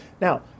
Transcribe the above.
Now